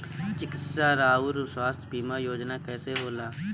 चिकित्सा आऊर स्वास्थ्य बीमा योजना कैसे होला?